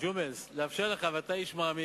ג'ומס, כדי לאפשר לך, אתה איש מעמיק,